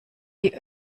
die